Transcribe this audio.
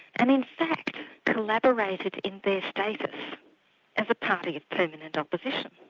and in fact collaborated in their status as a party of permanent opposition.